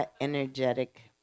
energetic